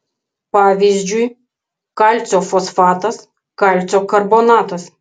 pavyzdžiui kalcio fosfatas kalcio karbonatas